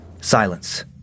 Silence